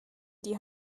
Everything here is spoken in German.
die